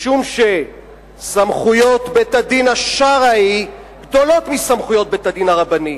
משום שסמכויות בית-הדין השרעי גדולות מסמכויות בית-הדין הרבני.